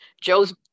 Joe's